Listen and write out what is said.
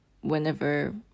whenever